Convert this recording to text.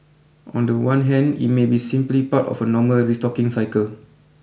on the one hand it may be simply part of a normal restocking cycle